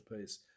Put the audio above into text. peace